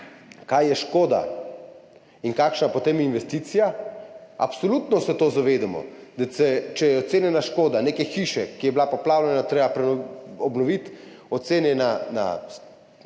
kaj je škoda in kakšna je potem investicija. Absolutno se zavedamo tega, da če je ocenjena škoda neke hiše, ki je bila poplavljena, jo je treba obnoviti, ocenjena